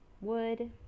wood